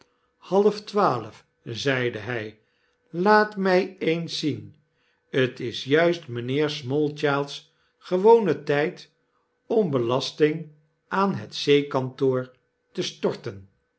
antwoordde halftwaalf zeide hij laat mij eens zien tis juist mynheer smallchild's gewone tyd om belasting aan het zeekantoor te storten